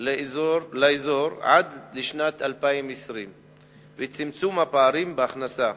לאזור עד לשנת 2020 וצמצום הפערים בהכנסה.